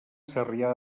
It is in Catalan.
sarrià